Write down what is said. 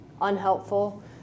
unhelpful